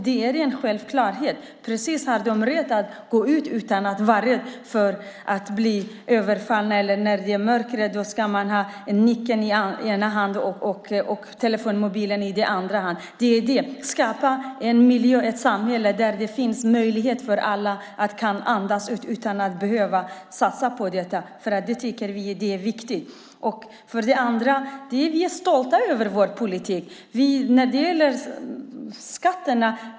Det är en självklarhet att de har rätt att gå ut utan att vara rädda för att bli överfallna. De ska inte behöva ha nyckeln i ena handen och mobilen i den andra när det är mörkt. Vi vill skapa ett samhälle där det finns möjlighet för alla att andas. Det tycker vi är viktigt. Vi är stolta över vår politik när det gäller skatterna.